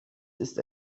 ist